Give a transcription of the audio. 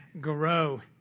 grow